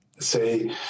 Say